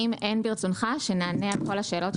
האם אין ברצונך שנענה על כל השאלות בצורה מסודרת?